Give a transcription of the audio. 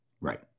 Right